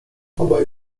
obaj